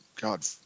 god